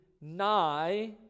nigh